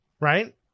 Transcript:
right